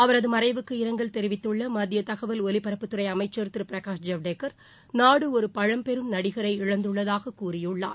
அவரது மறைவுக்கு இரங்கல் தெரிவித்துள்ள மத்திய தகவல் ஒலிபரப்புத்துறை அமைச்சா் திரு பிரகாஷ் ஜவடேக்கர் நாடு ஒரு பழம்பெரும் நடிகரை இழந்துள்ளதாகக் கூறியுள்ளார்